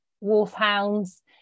wolfhounds